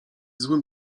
złym